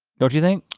don't you think?